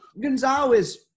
Gonzalez